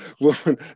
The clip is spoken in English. woman